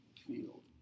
field